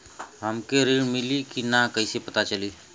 हमके ऋण मिली कि ना कैसे पता चली?